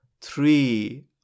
three